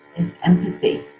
is empathy.